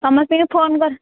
ସମସ୍ତଙ୍କୁ ଫୋନ୍ କର